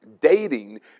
Dating